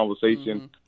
conversation